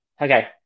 Okay